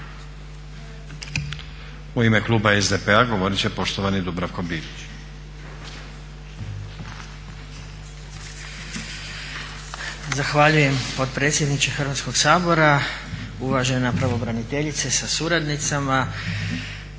U ime Kluba SDP-a govorit će poštovani Dubravko Bilić.